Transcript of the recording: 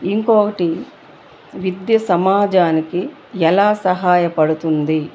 ఇంకొకటి విద్య సమాజానికి ఎలా సహాయపడుతుంది